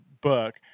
book